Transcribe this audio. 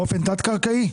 באופן תת-קרקעי?